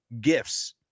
gifts